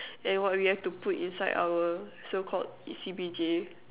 and what we have to put inside our so called C_P_J